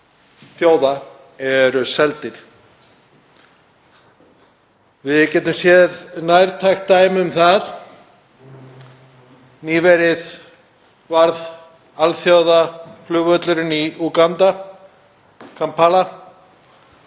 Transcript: þjóða eru seldir. Við getum séð nærtækt dæmi um það. Nýverið varð alþjóðaflugvöllurinn í Kampala